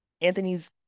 Anthony's